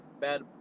Bad